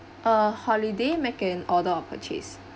uh holiday make an order or purchase